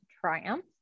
Triumph